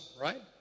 Right